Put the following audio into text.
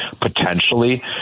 Potentially